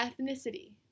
ethnicity